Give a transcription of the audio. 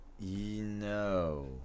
No